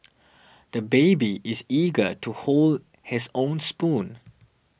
the baby is eager to hold his own spoon